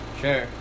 Sure